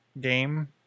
game